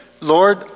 Lord